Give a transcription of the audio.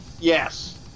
Yes